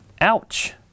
Ouch